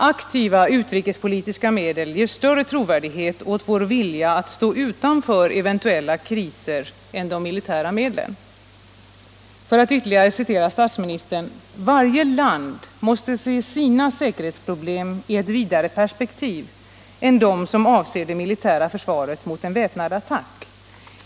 Aktiva utrikespolitiska medel ger större trovärdighet åt vår vilja att stå utanför eventuella kriser än de militära medlen gör. För att ytterligare citera statsministern: ”Varje land måste se sina säkerhetsproblem i ett vidare perspektiv än de som avser det militära försvaret mot en väpnad attack.